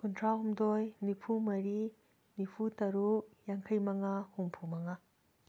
ꯀꯨꯟꯊ꯭ꯔꯥꯍꯨꯝꯗꯣꯏ ꯅꯤꯐꯨꯃꯔꯤ ꯅꯤꯐꯨꯇꯔꯨꯛ ꯌꯥꯡꯈꯩꯃꯉꯥ ꯍꯨꯝꯐꯨꯃꯉꯥ